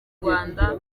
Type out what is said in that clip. rwanda